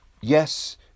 yes